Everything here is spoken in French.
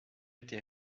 été